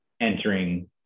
entering